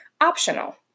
optional